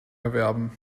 erwerben